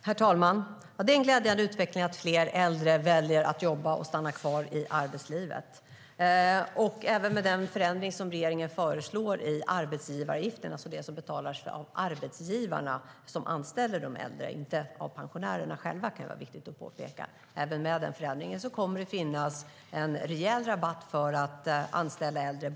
Herr talman! Det är en glädjande utveckling att fler äldre väljer att stanna kvar i arbetslivet. Även med den förändring som regeringen föreslår i arbetsgivaravgiften - alltså det som betalas av arbetsgivarna som anställer äldre, inte av pensionärerna själva - kommer det att finnas en rejäl rabatt för att anställa äldre.